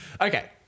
Okay